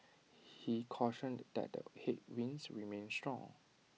he cautioned that the headwinds remain strong